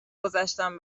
گذشتم